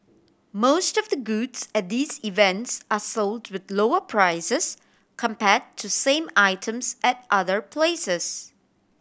most of the goods at these events are sold with lower prices compare to same items at other places